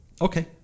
Okay